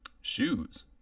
Shoes